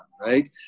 Right